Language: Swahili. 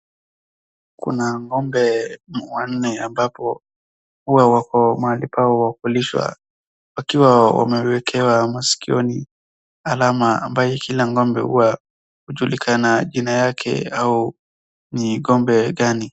Kuna ng'ombe wanne ambapo huwa wako mahali pao pa kulishwa, wakiwa wamewekewa maskioni alama ambaye kila ng'ombe hujulikana jina yake au ni ng'ombe gani.